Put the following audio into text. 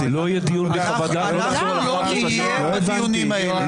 אנחנו לא נהיה בדיונים האלה.